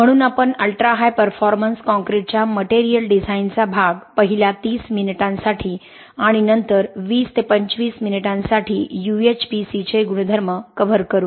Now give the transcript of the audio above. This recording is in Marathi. म्हणून आपण अल्ट्रा हाय परफॉर्मन्स कॉंक्रिटच्या मटेरियल डिझाइनचा भाग पहिल्या 30 मिनिटांसाठी आणि नंतर 20 25 मिनिटांसाठी UHPC चे गुणधर्म कव्हर करू